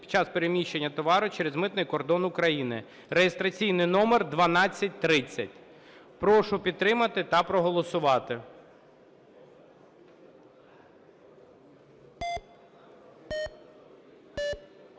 під час переміщення товарів через митний кордон України (реєстраційний номер 1230). Прошу підтримати та проголосувати.